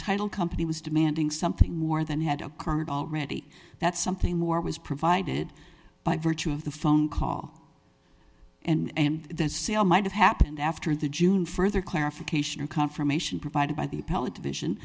title company was demanding something more than had occurred already that something more was provided by virtue of the phone call and the sale might have happened after the june further clarification or confirmation provided by the appellate division